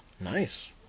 Nice